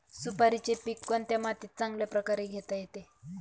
सुपारीचे पीक कोणत्या मातीत चांगल्या प्रकारे घेता येईल?